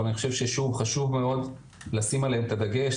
אבל אני חושב ששוב חשוב מאוד לשים עליהם את הדגש.